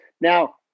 Now